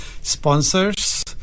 sponsors